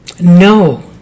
No